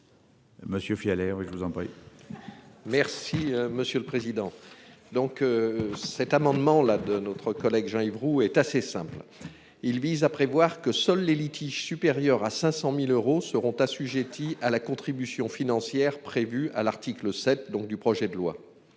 Monsieur air oui je vous en prie. Merci monsieur le président. Donc. Cet amendement là de notre collègue Jean-Yves Roux est assez simple. Il vise à prévoir que seuls les litiges supérieurs à 500.000 euros seront assujettis à la contribution financière prévue à l'article 7 donc du projet de loi.